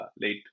late